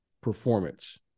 performance